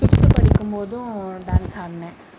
fifth படிக்கும் போதும் dance ஆடினேன்